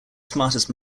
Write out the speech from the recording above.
smartest